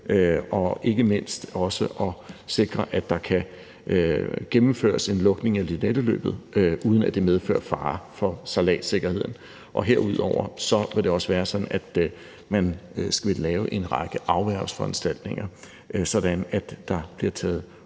og ikke mindst også om at sikre, at der kan gennemføres en lukning af Lynetteløbet, uden at det medfører fare for sejladssikkerheden. Herudover vil det også være sådan, at man vil lave en række afværgeforanstaltninger, sådan at der bliver taget